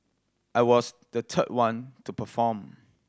I was the third one to perform